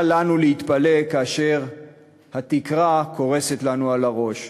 אל לנו להתפלא כאשר התקרה קורסת לנו על הראש,